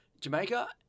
Jamaica